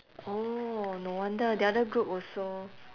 orh no wonder the other group also